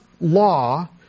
law